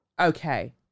Okay